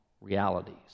realities